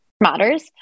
matters